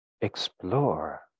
explore